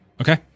Okay